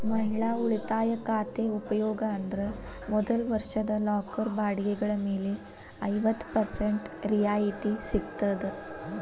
ಮಹಿಳಾ ಉಳಿತಾಯ ಖಾತೆ ಉಪಯೋಗ ಅಂದ್ರ ಮೊದಲ ವರ್ಷದ ಲಾಕರ್ ಬಾಡಿಗೆಗಳ ಮೇಲೆ ಐವತ್ತ ಪರ್ಸೆಂಟ್ ರಿಯಾಯಿತಿ ಸಿಗ್ತದ